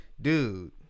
dude